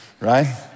right